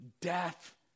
death